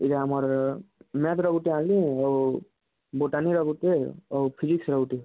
ଇ'ଟା ଆମର୍ ମ୍ୟାଥ୍ର ଗୁଟେ ଆନ୍ଲି ଆଉ ବୋଟାନିର ଗୁଟେ ଆଉ ଫିଜିକ୍ସର ଗୁଟେ